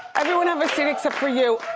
everyone have a seat, except for you.